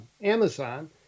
Amazon